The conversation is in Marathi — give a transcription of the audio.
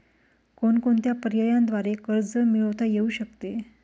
कोणकोणत्या पर्यायांद्वारे कर्ज मिळविता येऊ शकते?